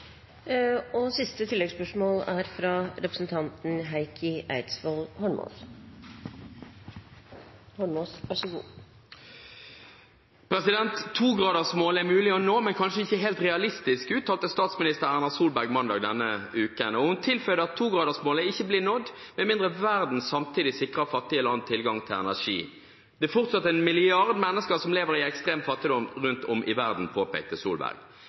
Heikki Eidsvoll Holmås – til oppfølgingsspørsmål. Togradersmålet er mulig å nå, men kanskje ikke helt realistisk, uttalte statsminister Erna Solberg mandag denne uken, og hun tilføyde at togradersmålet ikke blir nådd med mindre verden samtidig sikrer fattige land tilgang til energi. Det er fortsatt en milliard mennesker som lever i ekstrem fattigdom rundt om i verden, påpekte Solberg.